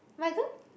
but I can't